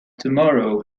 tomorrow